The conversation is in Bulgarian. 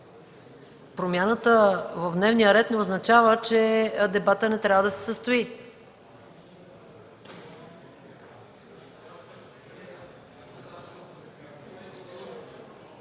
промяната в дневния ред не означава, че дебатът не трябва да се състои.